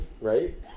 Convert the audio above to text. right